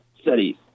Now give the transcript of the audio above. Studies